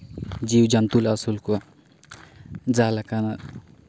ᱡᱤᱣᱤ ᱡᱚᱱᱛᱩ ᱞᱮ ᱟᱹᱥᱩᱞ ᱠᱚᱣᱟ ᱡᱟᱦᱟᱸᱞᱮᱠᱟ